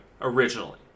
originally